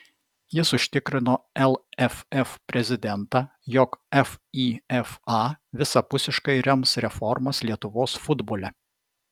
jis užtikrino lff prezidentą jog fifa visapusiškai rems reformas lietuvos futbole